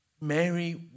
mary